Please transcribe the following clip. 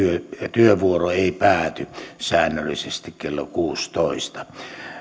työvuoro ei pääty säännöllisesti kello kuusitoista